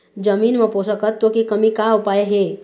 जमीन म पोषकतत्व के कमी का उपाय हे?